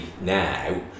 now